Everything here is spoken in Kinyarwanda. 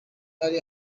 ari